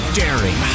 daring